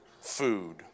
food